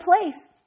place